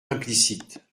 implicite